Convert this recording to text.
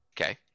Okay